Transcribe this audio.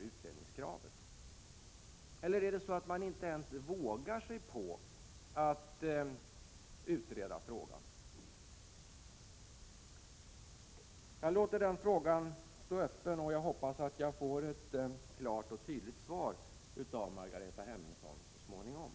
utredningskrav. Eller vågar man sig in ens på att utreda frågan? Jag låter den frågan stå öppen, och jag hoppas att jag får ett klart och tydligt svar av Margareta Hemmingsson så småningom.